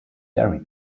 dairy